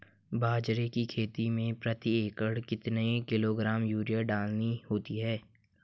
बाजरे की खेती में प्रति एकड़ कितने किलोग्राम यूरिया डालनी होती है?